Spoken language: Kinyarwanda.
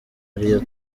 ariyo